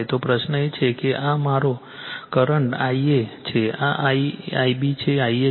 તો પ્રશ્ન એ છે કે આ મારો કરંટ Ia છે આ Ia Ib છે